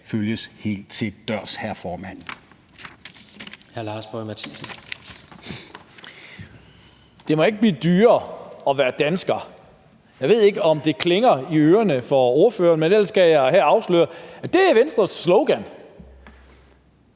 Boje Mathiesen (NB): Det må ikke blive dyrere at være dansker. Jeg ved ikke, om der er en klokke, der ringer, hos ordføreren, men ellers kan jeg her afsløre, at det er Venstres slogan.